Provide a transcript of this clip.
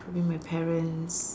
leaving my parents